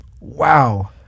wow